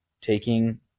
taking